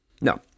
No